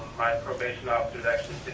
my probation officer's actually